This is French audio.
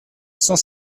cent